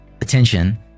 attention